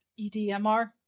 EDMR